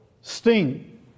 sting